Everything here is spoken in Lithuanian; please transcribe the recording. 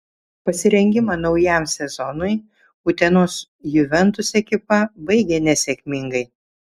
pasirengimą naujam sezonui utenos juventus ekipa baigė nesėkmingai